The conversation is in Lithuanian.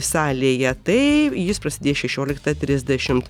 salėje tai jis prasidės šešioliktą trisdešimt